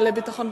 דיון בוועדה.